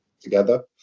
together